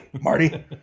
marty